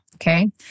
Okay